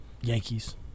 Yankees